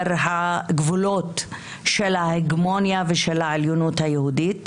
הגבולות של ההגמוניה ושל העליונות היהודית,